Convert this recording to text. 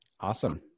Awesome